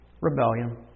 rebellion